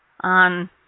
on